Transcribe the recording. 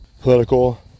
political